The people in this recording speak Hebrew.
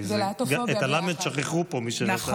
את הלמ"ד שכחו פה, מי שרשם את זה.